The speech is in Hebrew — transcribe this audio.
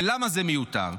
ולמה זה מיותר?